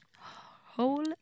whole